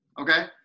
Okay